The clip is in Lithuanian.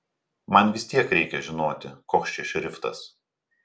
man vis tiek reikia žinoti koks čia šriftas